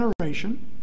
generation